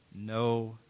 no